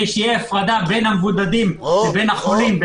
שתהיה הפרדה בין המבודדים לבין החולים.